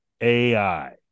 AI